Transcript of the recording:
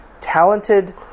talented